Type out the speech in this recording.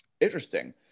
Interesting